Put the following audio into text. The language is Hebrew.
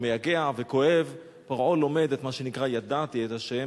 מייגע וכואב פרעה לומד את מה שנקרא "ידעתי את ה'",